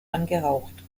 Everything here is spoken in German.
angehaucht